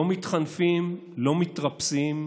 לא מתחנפים, לא מתרפסים,